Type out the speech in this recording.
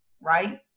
right